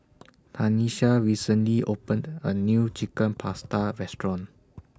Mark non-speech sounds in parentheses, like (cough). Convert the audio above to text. (noise) Tanisha recently opened A New Chicken Pasta Restaurant